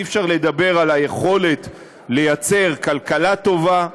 אי-אפשר לדבר על היכולת לייצר כלכלה טובה,